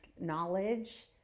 knowledge